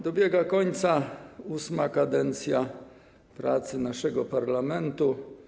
Dobiega końca VIII kadencja prac naszego parlamentu.